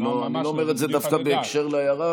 אני לא אומר את זה דווקא בהקשר להערה